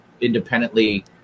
independently